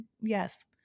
Yes